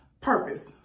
purpose